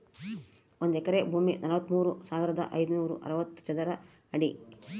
ಒಂದು ಎಕರೆ ಭೂಮಿ ನಲವತ್ಮೂರು ಸಾವಿರದ ಐನೂರ ಅರವತ್ತು ಚದರ ಅಡಿ